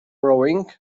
rowing